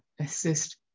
assist